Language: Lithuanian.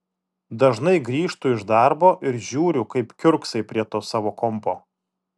dažnai grįžtu iš darbo ir žiūriu kaip kiurksai prie to savo kompo